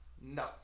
no